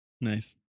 Nice